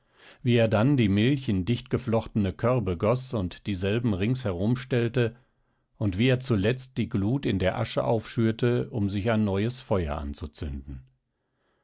wie er dann die milch in dichtgeflochtene körbe goß und dieselben rings herum stellte und wie er zuletzt die glut in der asche aufschürte um sich ein neues feuer anzuzünden